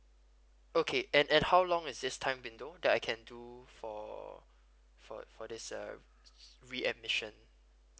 okay and and how long is this time window that I can do for for for this uh readmission